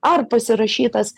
ar pasirašytas